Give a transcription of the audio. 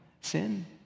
sin